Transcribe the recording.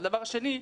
הדבר השני.